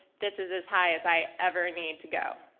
this is as high as i ever need to go.